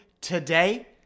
today